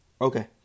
Okay